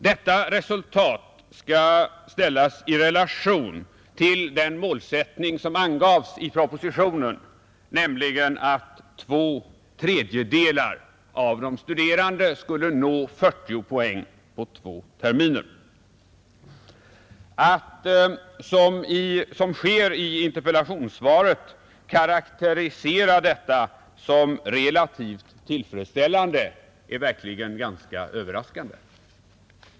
Detta resultat skall ställas i relation till den målsättning som angavs i propositionen, nämligen att två tredjedelar av de studerande skulle nå 40 poäng på två terminer. Att detta, som sker i interpellationssvaret, karakteriseras som relativt tillfredsställande är verkligen ganska överraskande.